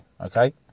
okay